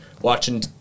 watching